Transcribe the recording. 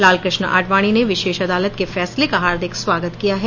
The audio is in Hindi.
लालकृष्ण आडवाणी ने विशेष अदालत के फैसले का हार्दिक स्वाागत किया है